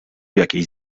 jakieś